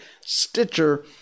stitcher